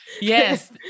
Yes